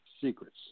secrets